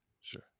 sure